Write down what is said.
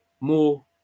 more